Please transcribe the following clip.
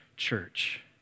Church